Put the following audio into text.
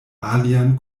alian